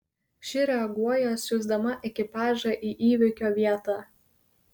ši reaguoja siųsdama ekipažą į įvykio vietą